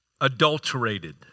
adulterated